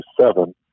seven